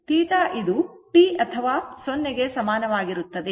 θ ಇದು t ಅಥವಾ 0 ಗೆ ಸಮಾನವಾಗಿರುತ್ತದೆ